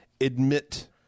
admit